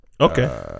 Okay